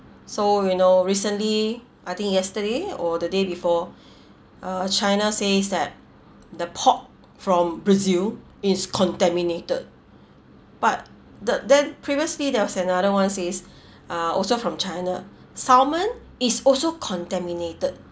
so you know recently I think yesterday or the day before uh china says that the pork from brazil is contaminated but the then previously there was another [one] says uh also from china salmon is also contaminated